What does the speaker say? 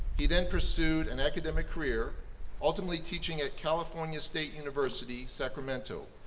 he then pursued an academic career ultimately teaching at california state university sacramento,